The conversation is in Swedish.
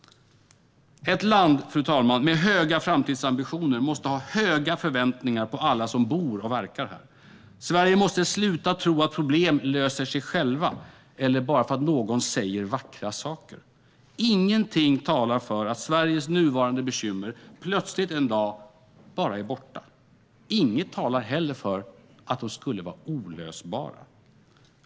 Fru talman! Ett land med höga framtidsambitioner måste ha höga förväntningar på alla som bor och verkar här. Sverige måste sluta tro att problem löser sig själva eller bara genom att man säger vackra saker. Ingenting talar för att Sveriges nuvarande bekymmer plötsligt en dag bara är borta. Inget talar heller för att de skulle vara olösbara.